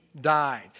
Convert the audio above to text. died